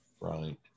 right